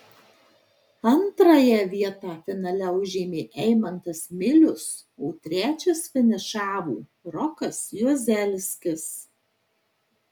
antrąją vietą finale užėmė eimantas milius o trečias finišavo rokas juozelskis